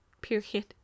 Period